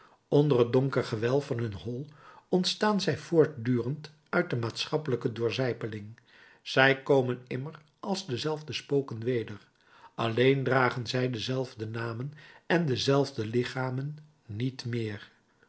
onder het donker gewelf van hun hol ontstaan zij voortdurend uit de maatschappelijke doorzijpeling zij komen immer als dezelfde spoken weder alleen dragen zij dezelfde namen en dezelfde lichamen niet meer